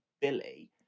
Billy